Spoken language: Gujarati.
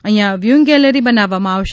અહિંયા વ્યુઇંગ ગેલેરી બનાવવામાં આવશે